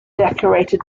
decorated